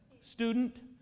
student